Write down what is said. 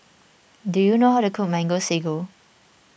do you know how to cook Mango Sago